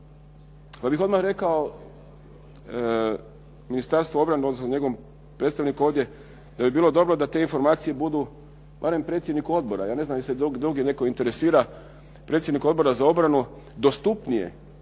Pa bih odmah rekao Ministarstvu obrane odnosno njegovom predstavniku ovdje da bi bilo dobro da te informacije budu barem predsjedniku odbora, ja ne znam jel se drugi netko interesira, predsjedniku Odbora za obranu dostupnije,